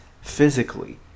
physically